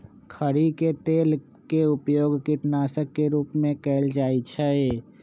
खरी के तेल के उपयोग कीटनाशक के रूप में कएल जाइ छइ